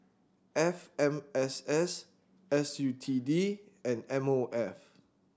F M S S S U T D and M O F